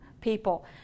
people